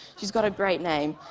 she's got a great name.